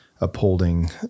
upholding